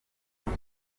leta